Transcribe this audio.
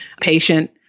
patient